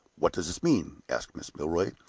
what does this mean? asked mrs. milroy,